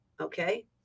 okay